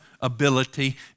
ability